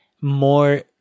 more